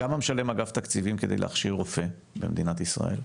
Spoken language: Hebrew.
כמה משלם אגף תקציבים כדי להכשיר רופא במדינת ישראל?